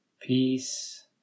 peace